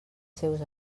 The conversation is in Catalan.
seus